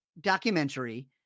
documentary